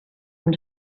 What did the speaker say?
from